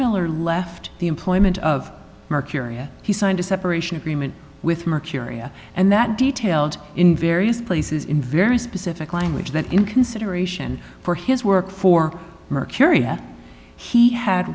miller left the employment of mercurial he signed a separation agreement with mercurial and that detailed in various places in very specific language that in consideration for his work for mercurial he had